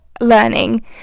learning